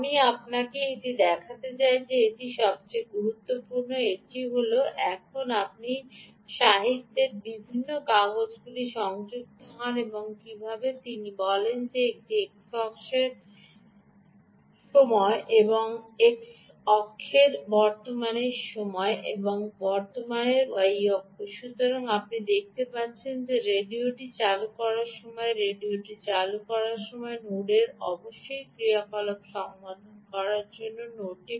সুতরাং আমি আপনাকে এটি দেখাতে চাই এটি সবচেয়ে গুরুত্বপূর্ণ এটি হল এখানে আপনি সাহিত্যের বিভিন্ন কাগজগুলি থেকে সংযুক্ত হন এখানে কীভাবে তিনি বলেন এটি x অক্ষের সময় এবং এক্স অক্ষের বর্তমান সময় সময় এবং বর্তমানের y অক্ষ সুতরাং আপনি দেখতে পাচ্ছেন যে রেডিওটি চালু করার সময় রেডিওটি চালু করার সময় নোডের অবশ্যই ক্রিয়াকলাপ সম্পাদন করা উচিত